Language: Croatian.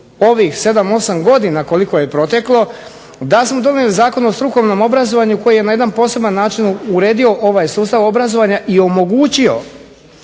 ovih 7, 8 godina koliko je proteklo da smo donijeli Zakon o strukovnom obrazovanju koji je na jedan poseban način uredio ovaj sustav obrazovanja i omogućio